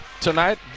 tonight